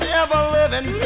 ever-living